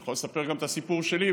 אני יכול לספר גם את הסיפור שלי,